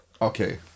Okay